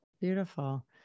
Beautiful